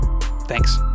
Thanks